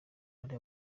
ari